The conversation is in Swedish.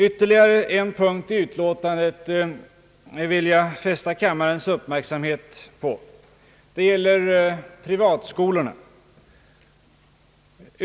Ytterligare en punkt i utlåtandet vill jag fästa kammarens uppmärksamhet på, nämligen den som gäller privatskolorna.